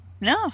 No